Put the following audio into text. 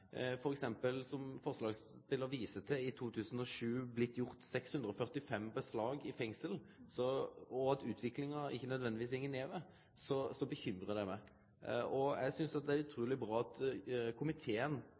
i 2007 er blitt gjort 645 beslag i fengsel, og at utviklinga ikkje utan vidare går nedover, bekymrar det meg. Eg synest det er utruleg bra at komiteen